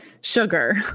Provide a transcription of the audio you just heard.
sugar